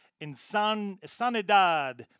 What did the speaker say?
Insanidad